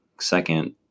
second